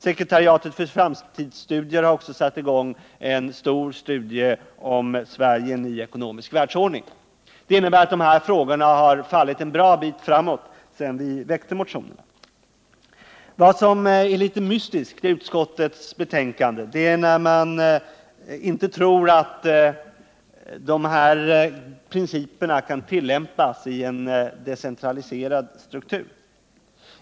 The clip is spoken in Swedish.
Sekretariatet för framtidsstudier har också satt i gång en stor studie om Sverige i en ny ekonomisk världsordning. Det innebär att dessa frågor har fallit en bra bit framåt sedan vi väckte motionerna. Vad som är litet egendomligt i utskottsbetänkandet är att det där framgår att man inte tror att de här principerna kan tillämpas i en decentraliserad struktur.